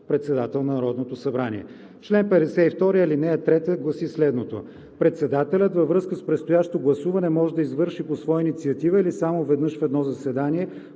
Председател на Народното събрание. „Чл. 52. (3) Председателят, във връзка с предстоящо гласуване, може да извърши по своя инициатива или само веднъж в едно заседание